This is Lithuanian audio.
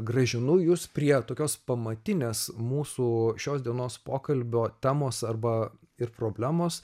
grąžinu jus prie tokios pamatinės mūsų šios dienos pokalbio temos arba ir problemos